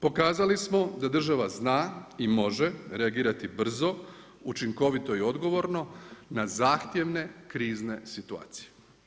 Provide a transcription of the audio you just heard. Pokazali smo da država zna i može reagirati brzo, učinkovito i odgovorno na zahtjevne krizne situacije.